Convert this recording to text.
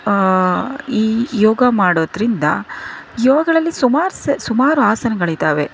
ಈ ಯೋಗ ಮಾಡೋದರಿಂದ ಯೋಗಗಳಲ್ಲಿ ಸುಮಾರು ಸ್ ಸುಮಾರು ಆಸನಗಳಿದ್ದಾವೆ